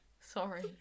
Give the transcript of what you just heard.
sorry